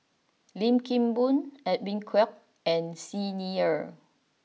Lim Kim Boon Edwin Koek and Xi Ni Er